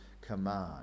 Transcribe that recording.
command